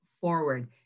forward